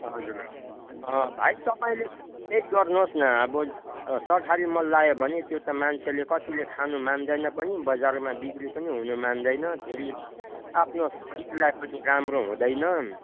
हजुर भाइ तपाईँले पनि त्यही गर्नुहोस् न अब सरकारी मल लायो भने त्यो त मान्छेले कतिले खानु मान्दैन पनि बजारमा बिक्री पनि हुनु मान्दैन फेरि आफ्नो शरीरलाई पनि राम्रो हुँदैन